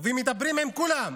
ומדברים עם כולם,